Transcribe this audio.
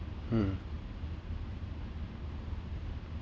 mm